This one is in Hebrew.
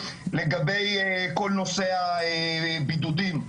לגבי כל נושא הבידודים,